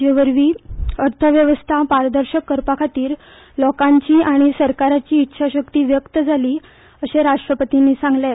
जे वरवीं अर्थवेवस्था पारदर्शक करपा खातीर लोकांची आनी सरकाराची इत्सा शक्त व्यक्त जाली अशें राष्ट्रपतींनी सांगलें